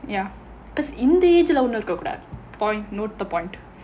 ya because இந்த:intha age leh அவங்க இருக்க கூடாது:avanga irukka koodaathu point note the point